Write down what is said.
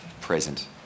present